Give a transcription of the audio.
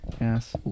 Yes